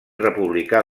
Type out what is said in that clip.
republicà